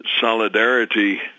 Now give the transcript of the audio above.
solidarity